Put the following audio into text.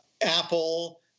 Apple